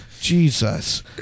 Jesus